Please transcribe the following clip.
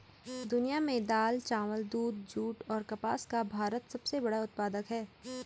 दुनिया में दाल, चावल, दूध, जूट और कपास का भारत सबसे बड़ा उत्पादक है